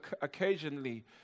occasionally